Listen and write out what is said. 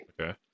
Okay